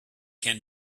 can